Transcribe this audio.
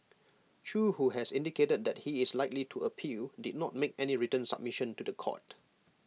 chew who has indicated that he is likely to appeal did not make any written submission to The Court